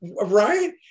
right